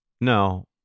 No